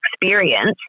experience